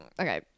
okay